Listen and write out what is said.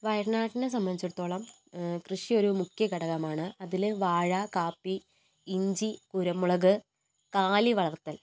വയനാടിനെ സംബന്ധിച്ചെടുത്തോളം കൃഷി ഒരു മുഖ്യ ഘടകമാണ് അതിൽ വാഴ കാപ്പി ഇഞ്ചി കുരുമുളക് കാലി വളർത്തൽ